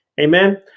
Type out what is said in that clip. Amen